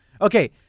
Okay